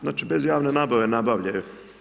Znači bez javne nabave nabavljaju.